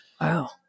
Wow